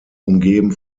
umgeben